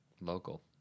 local